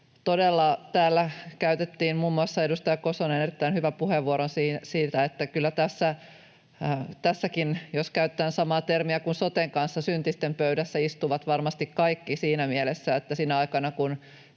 täällä puhuttiin siitä — muun muassa edustaja Kosonen käytti siitä erittäin hyvän puheenvuoron — että kyllä tässäkin, jos käyttää samaa termiä kuin soten osalta, ”syntisten pöydässä” istuvat varmasti kaikki siinä mielessä, että sinä aikana, kun